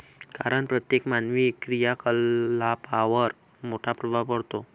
कारण प्रत्येक मानवी क्रियाकलापांवर मोठा प्रभाव पडतो